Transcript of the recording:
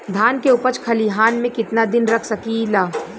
धान के उपज खलिहान मे कितना दिन रख सकि ला?